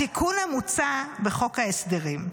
התיקון המוצע בחוק ההסדרים,